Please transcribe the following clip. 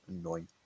annoying